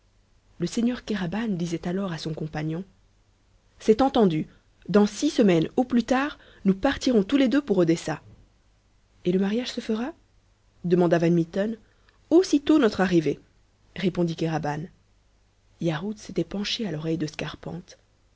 le seigneur kéraban disait alors à son compagnon c'est entendu dans six semaines au plus tard nous partirons tous les deux pour odessa et le mariage se fera demanda van mitten aussitôt notre arrivée répondit kéraban yarhud s'était penché à l'oreille de scarpante